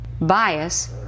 Bias